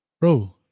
Bro